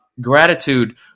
gratitude